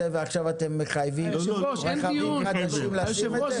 ועכשיו אתם מחייבים רכבים חדשים לשים את זה?